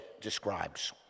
describes